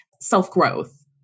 self-growth